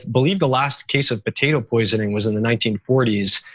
believe the last case of potato poisoning was in the nineteen forty s.